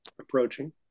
Approaching